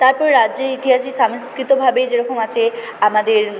তারপর রাজ্যের ইতিহাসে সংস্কৃতিভাবে যেরকম আছে আমাদের